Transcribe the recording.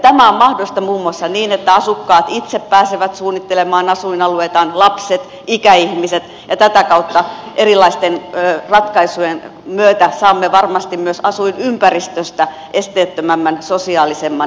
tämä on mahdollista muun muassa niin että asukkaat itse pääsevät suunnittelemaan asuinalueitaan lapset ikäihmiset ja tätä kautta erilaisten ratkaisujen myötä saamme varmasti myös asuinympäristöstä esteettömämmän sosiaalisemman